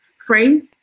phrase